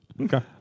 Okay